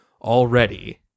already